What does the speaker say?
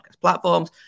platforms